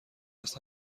است